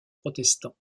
protestants